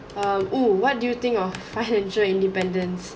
um oh what do you think of financial independence